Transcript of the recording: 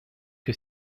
que